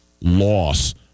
loss